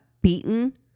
beaten